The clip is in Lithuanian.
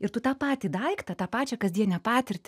ir tu tą patį daiktą tą pačią kasdienę patirtį